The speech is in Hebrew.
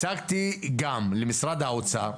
גם הצגתי למשרד האוצר,